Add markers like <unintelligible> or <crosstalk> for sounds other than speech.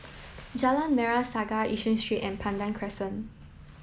Jalan Merah Saga Yishun <unintelligible> and Pandan Crescent